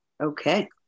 Okay